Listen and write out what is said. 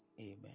Amen